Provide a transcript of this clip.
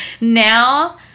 Now